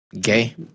gay